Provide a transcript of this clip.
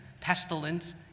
pestilence